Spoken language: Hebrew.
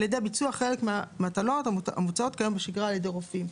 ידי ביצוע חלק מהמטלות המוצעות כיום בשגרה על ידי רופאים.